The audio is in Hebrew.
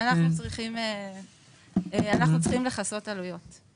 אנחנו צריכים לכסות עלויות.